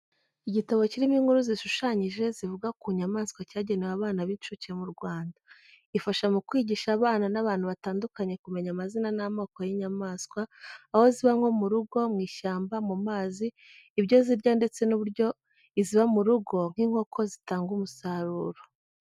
Igitabo kirimo inkuru zishushanyije zivuga ku nyamaswa cyagenewe abana b'incuke mu Rwanda. Ifasha mu kwigisha abana n’abantu batandukanye kumenya amazina n'amoko y'inyamaswa, aho ziba nko mu rugo, mu ishyamba, mu mazi, ibyo zirya ndetse n'uburyo iziba mu rugo nk'inkoko zitanga umusaruro.